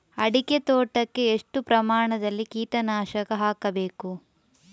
ಅಡಿಕೆ ತೋಟಕ್ಕೆ ಎಷ್ಟು ಪ್ರಮಾಣದಲ್ಲಿ ಕೀಟನಾಶಕ ಹಾಕಬೇಕು?